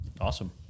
awesome